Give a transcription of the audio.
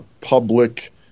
public